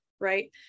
right